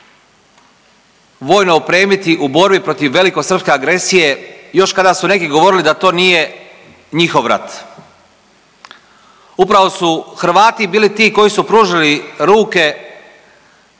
vojno opremiti u borbi protiv velikosrpske agresije još kada su neki govorili da to nije njihov rat. Upravo su Hrvati bili ti koji su pružili ruke